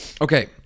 okay